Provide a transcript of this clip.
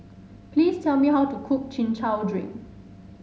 please tell me how to cook Chin Chow Drink